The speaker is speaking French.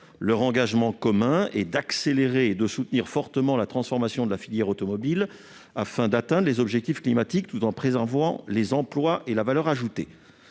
le contrat de coalition, à accélérer et soutenir fortement la transformation de la filière automobile afin d'atteindre les objectifs climatiques tout en préservant les emplois et la valeur ajoutée.